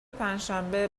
پنجشنبه